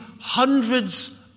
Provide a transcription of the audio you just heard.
hundreds